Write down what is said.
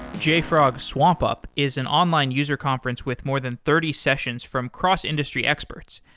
jfrog swampup is an online user conference with more than thirty sessions from cross-industry expert,